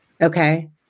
Okay